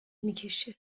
میکشه